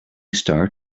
start